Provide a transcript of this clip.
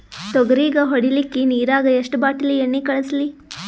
ತೊಗರಿಗ ಹೊಡಿಲಿಕ್ಕಿ ನಿರಾಗ ಎಷ್ಟ ಬಾಟಲಿ ಎಣ್ಣಿ ಕಳಸಲಿ?